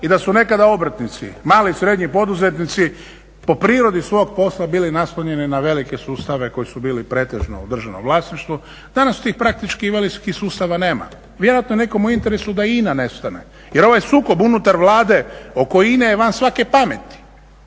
i da su nekada obrtnici, mali i srednji poduzetnici po prirodi svog posla bili naslonjeni na velike sustave koji su bili pretežno u državnom vlasništvu. Danas tih praktički … sustava nema. Vjerojatno je nekom u interesu da INA nestane jer ovo je sukob unutar Vlade, oko INA-e je van svake pameti,